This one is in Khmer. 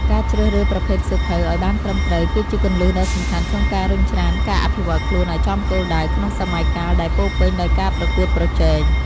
ការជ្រើសរើសប្រភេទសៀវភៅឱ្យបានត្រឹមត្រូវ គឺជាគន្លឹះដ៏សំខាន់ក្នុងការរុញច្រានការអភិវឌ្ឍខ្លួនឱ្យចំគោលដៅ ក្នុងសម័យកាលដែលពោរពេញដោយការប្រកួតប្រជែង។